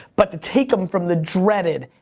but to take him from the dreaded,